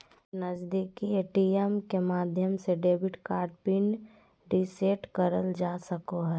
नजीदीकि ए.टी.एम के माध्यम से डेबिट कार्ड पिन रीसेट करल जा सको हय